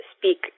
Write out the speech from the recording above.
speak